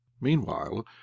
Meanwhile